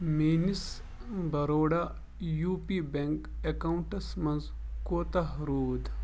میٛٲنِس Baroda U P bank accounts منٛز کوتاہ روٗد